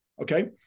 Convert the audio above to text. okay